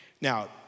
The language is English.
Now